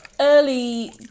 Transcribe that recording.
early